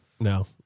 no